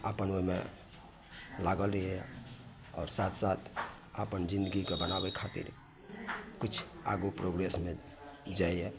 अपन ओहिमे लागल रहैए आओर साथ साथ अपन जिन्दगी कऽ बनाबै खातिर किछु आगू प्रोग्रेसमे जाइए